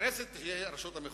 הכנסת היא הרשות המחוקקת,